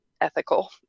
ethical